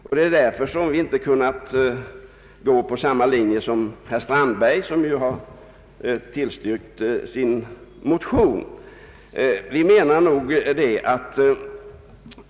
Därför har utskottsmajoriteten inte kunnat gå på samma linje som herr Strandberg.